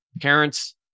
parents